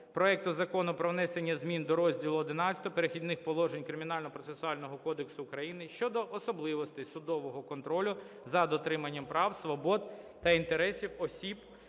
проект Закону про внесення змін до розділу XI "Перехідних положень" Кримінального процесуального кодексу України щодо особливостей судового контролю за дотриманням прав, свобод та інтересів осіб